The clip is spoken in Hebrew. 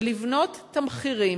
ולבנות תמחירים,